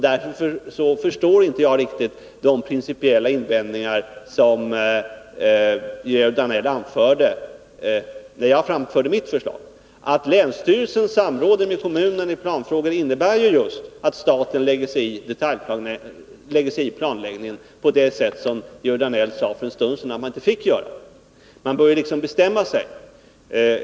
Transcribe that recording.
Därför förstår jag inte riktigt de principiella invändningar som Georg Danell anförde när jag framförde mitt förslag. Att länsstyrelsen samråder med kommunen i planfrågor innebär just att staten lägger sig i planläggningen på det sätt som Georg Danell för en stund sedan sade att man inte fick göra. — Han bör bestämma sig.